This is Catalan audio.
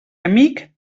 amic